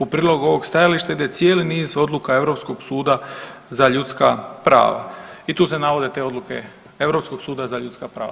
U prilog ovog stajališta ide cijeli niz odluka Europskog suda za ljudska prava i tu se navode te odluke Europskog suda za ljudska prava.